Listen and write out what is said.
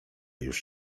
już